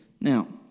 Now